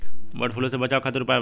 वड फ्लू से बचाव खातिर उपाय बताई?